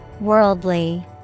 Worldly